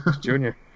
Junior